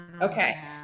Okay